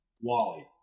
Wally